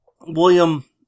William